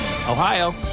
Ohio